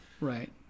Right